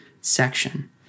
section